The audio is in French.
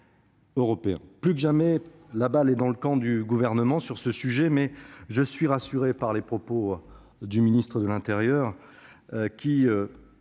Plus que jamais, la balle est dans le camp du Gouvernement à ce sujet. Mais je suis rassuré par les propos du ministre de l'intérieur qui